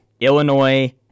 Illinois